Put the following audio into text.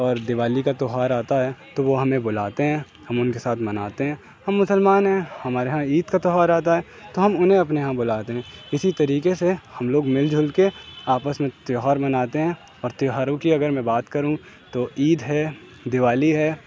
اور دیوالی کا تیوہار آتا ہے تو وہ ہمیں بلاتے ہیں ہم ان کے ساتھ مناتے ہیں ہم مسلمان ہیں ہمارے یہاں عید کا تیوہار آتا ہے تو ہم انہیں اپنے یہاں بلاتے ہیں اسی طریقے سے ہم لوگ مل جل کے آپس میں تیوہار مناتے ہیں اور تیوہاروں کی اگر میں بات کروں تو عید ہے دیوالی ہے